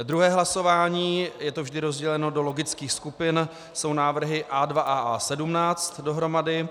Druhé hlasování je to vždy rozděleno do logických skupin jsou návrhy A2 a A17 dohromady.